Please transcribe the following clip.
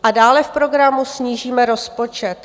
A dále v programu: snížíme rozpočet.